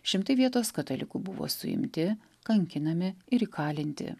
šimtai vietos katalikų buvo suimti kankinami ir įkalinti